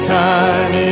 time